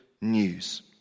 news